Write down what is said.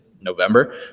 November